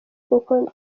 kuko